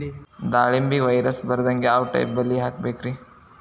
ದಾಳಿಂಬೆಗೆ ವೈರಸ್ ಬರದಂಗ ಯಾವ್ ಟೈಪ್ ಬಲಿ ಹಾಕಬೇಕ್ರಿ?